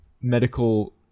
medical